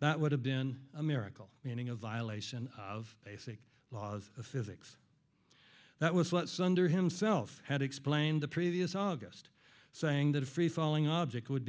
that would have been a miracle meaning a violation of basic laws of physics that was what sunder himself had explained the previous august saying that a free falling object would